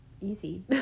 easy